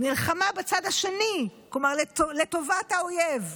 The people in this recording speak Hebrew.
נלחמה בצד השני, כלומר לטובת האויב.